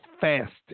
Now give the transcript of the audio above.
fasting